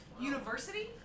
University